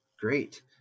Great